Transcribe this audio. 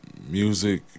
music